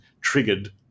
triggered